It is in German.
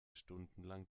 stundenlang